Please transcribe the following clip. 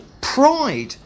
pride